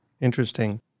Interesting